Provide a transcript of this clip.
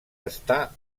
està